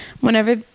whenever